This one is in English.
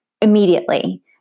immediately